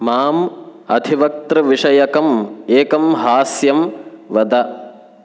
माम् अधिवक्तृविषयकम् एकं हास्यं वद